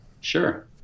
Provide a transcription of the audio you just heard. Sure